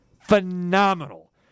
Phenomenal